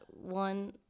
one